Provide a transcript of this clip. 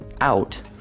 out